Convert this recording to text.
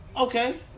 Okay